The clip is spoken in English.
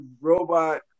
robot